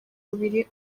babiri